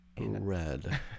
red